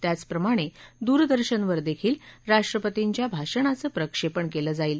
त्याचप्रमाणे दुरदर्शवर देखील राष्ट्रपतींच्या भाषणाचं प्रक्षेपण केलं जाईल